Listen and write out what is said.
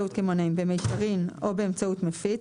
במישרין או באמצעות מפיץ,